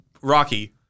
Rocky